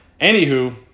anywho